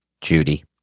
Judy